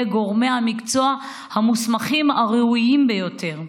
גורמי המקצוע המוסמכים הראויים ביותר,